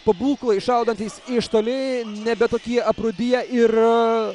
pabūklai šaudantys iš toli nebe tokie aprūdiję ir